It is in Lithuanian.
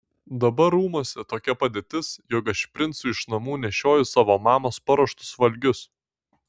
dabar rūmuose tokia padėtis jog aš princui iš namų nešioju savo mamos paruoštus valgius